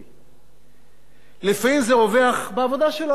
לפעמים זה רווח בעבודה שלנו כאן, בעבודת המחוקקים,